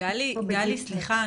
בטוח לא בגיל כזה.